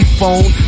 phone